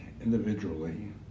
individually